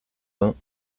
vingt